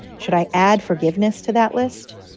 should i add forgiveness to that list?